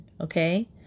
okay